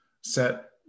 set